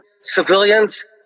civilians